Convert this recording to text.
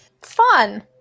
Fun